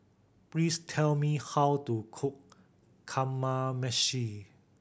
please tell me how to cook Kamameshi